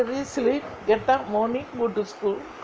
after that sleep get up morning go to school